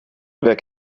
wer